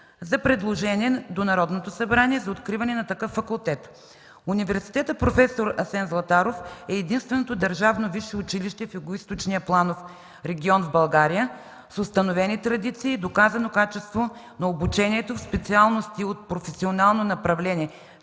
за предложение до Народното събрание за откриване на такъв факултет. Университетът „Проф. д-р Асен Златаров” е единственото държавно висше училище в Югоизточния планов регион в България с установени традиции и с доказано качество на обучението в специалности от професионално направление